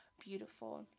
beautiful